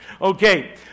Okay